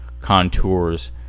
contours